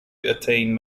attain